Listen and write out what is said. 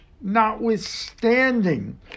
notwithstanding